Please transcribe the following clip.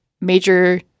major